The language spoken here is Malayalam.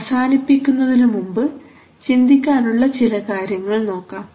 അവസാനിപ്പിക്കുന്നതിനു മുമ്പ് ചിന്തിക്കാനുള്ള ചില കാര്യങ്ങൾ നോക്കാം